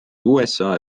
usa